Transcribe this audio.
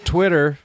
Twitter